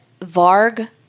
Varg